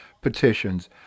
petitions